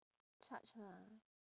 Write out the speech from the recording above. charge lah